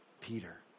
Peter